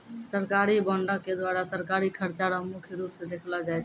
सरकारी बॉंडों के द्वारा सरकारी खर्चा रो मुख्य रूप स देखलो जाय छै